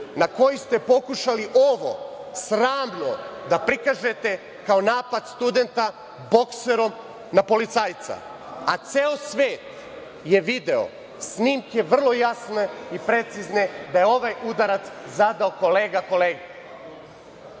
na koji ste pokušali ovo sramno da prikažete kao napad studenta bokserom na policajca, a ceo svet je video snimke vrlo jasne i precizne da je ovaj udarac zadao kolega kolegi. Molim